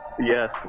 Yes